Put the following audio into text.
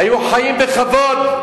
היו חיים בכבוד.